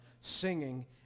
singing